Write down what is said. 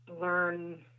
learn